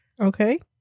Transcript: Okay